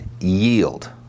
yield